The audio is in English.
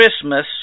Christmas